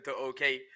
okay